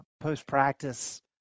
post-practice